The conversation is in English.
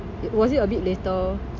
was it a bit later